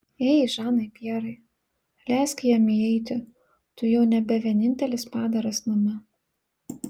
ei žanai pjerai leisk jam įeiti tu jau nebe vienintelis padaras name